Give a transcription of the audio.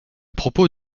propos